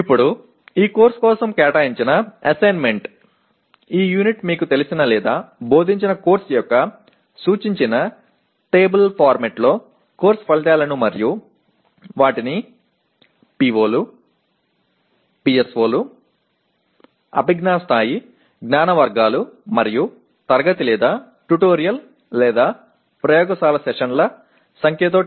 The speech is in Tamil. இப்போது இந்த பாடநெறிக்கான பணி உங்களுக்குத் தெரிந்த அல்லது கற்பிக்கப்பட்ட ஒரு பாடத்திட்டத்தைக் குறிக்கும் அட்டவணை வடிவத்தில் பாடநெறி விளைவுகள் அவற்றில் PO கள் PSO கள் அறிவாற்றல் நிலை அறிவு பிரிவுகள் மற்றும் வகுப்பு அல்லது பயிற்சி ஆய்வக அமர்வுகள் ஏதேனும் இருந்தால் அவற்றை எண்ணிக்கையுடன் எழுத வேண்டும்